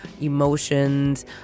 emotions